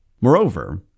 Moreover